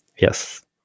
Yes